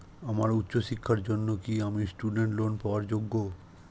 আমার উচ্চ শিক্ষার জন্য কি আমি স্টুডেন্ট লোন পাওয়ার যোগ্য?